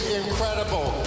incredible